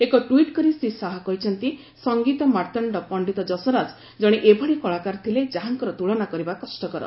ଏକ ଟ୍ୱିଟ୍ କରି ଶ୍ରୀ ଶାହା କହିଛନ୍ତି ସଂଗୀତ ମାର୍ଭଶ ପଣ୍ଡିତ ଯଶରାଜ ଜଣେ ଏଭଳି କଳାକାର ଥିଲେ ଯାହାଙ୍କର ତ୍ନୁଳନା କରିବା କଷ୍ଟକର